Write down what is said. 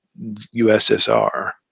USSR